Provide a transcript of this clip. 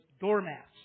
doormats